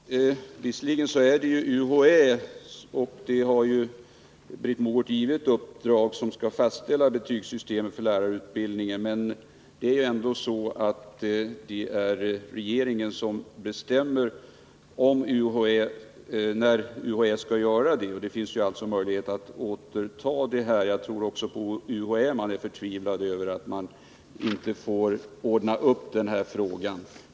Herr talman! Visserligen är det UHÄ som Britt Mogård givit uppdraget att fastställa betygssystemet i lärarutbildningen, men det är ju regeringen som bestämmer när UHÄ skall göra det. Det finns alltså möjligheter att åter ta upp ärendet. Jag tror att man på UHÄ är förtvivlad över att man inte har fått ordna upp den här frågan.